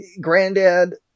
granddad